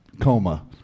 coma